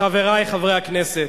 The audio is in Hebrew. חברי חברי הכנסת,